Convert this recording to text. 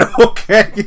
Okay